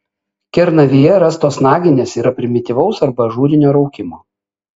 kernavėje rastos naginės yra primityvaus arba ažūrinio raukimo